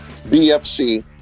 BFC